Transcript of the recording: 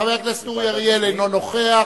חבר הכנסת אורי אריאל, אינו נוכח.